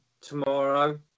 tomorrow